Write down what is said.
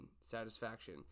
satisfaction